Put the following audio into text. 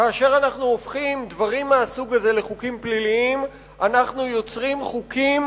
כאשר אנחנו הופכים דברים מהסוג הזה לחוקים פליליים אנחנו יוצרים חוקים